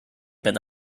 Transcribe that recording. been